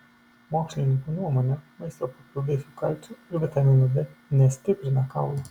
mokslininkų nuomone maisto papildai su kalciu ir vitaminu d nestiprina kaulų